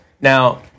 Now